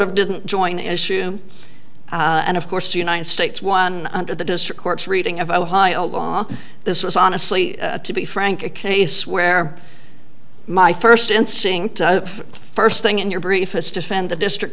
of didn't join issue and of course united states won under the district courts reading of ohio law this was honestly to be frank a case where my first instinct first thing in your briefest defend the district